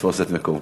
תפוס את מקומך.